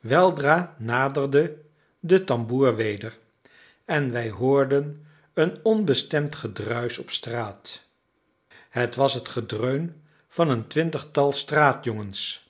weldra naderde de tamboer weder en wij hoorden een onbestemd gedruisch op straat het was het gedreun van een twintigtal straatjongens